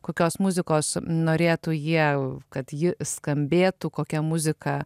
kokios muzikos norėtų jie kad ji skambėtų kokia muzika